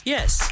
Yes